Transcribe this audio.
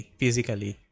physically